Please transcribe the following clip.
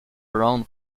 brown